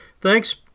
Thanks